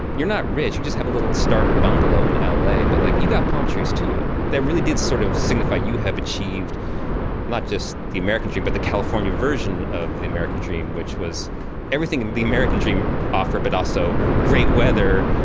you're not rich, you just have a little starter bungalow in l a. that but like you got palm trees too. that really did sort of signify you have achieved not just the american dream but the california version of the american dream, which was everything the american dream offered but also great weather,